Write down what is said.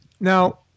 Now